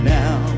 now